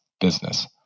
business